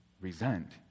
resent